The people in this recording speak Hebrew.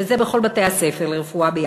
וזה בכל בתי-הספר לרפואה ביחד.